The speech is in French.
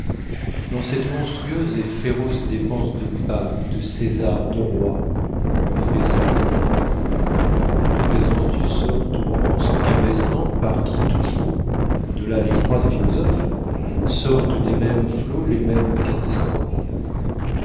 dans cette monstrueuse et féroce dépense de papes de césars de rois que fait satan en présence du sort tournant son cabestan par qui toujours de là l'effroi des philosophes sortent des mêmes flots les mêmes catastrophes